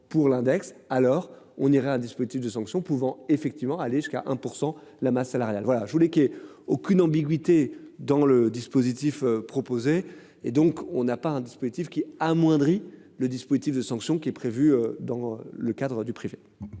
pour l'index alors on irait un dispositif de sanctions pouvant effectivement aller jusqu'à 1%, la masse salariale. Voilà, je voulais qu'il y ait aucune ambiguïté dans le dispositif proposé et donc on n'a pas un dispositif qui amoindrit le dispositif de sanctions qui est prévu dans le cadre du privé.